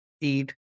eat